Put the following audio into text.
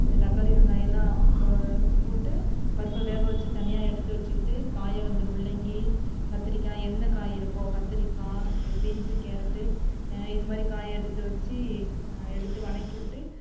தக்காளி வெங்காயம் எல்லாம் போட்டு பருப்பை வேக வச்சு தனியாக எடுத்து வச்சுக்கிட்டு காயை வந்து முள்ளங்கி கத்தரிக்காய் எந்த காய் இருக்கோ கத்தரிக்காய் பீன்ஸ் கேரட் இது மாதிரி காயை எடுத்து வச்சு எடுத்து வணக்கி விட்டு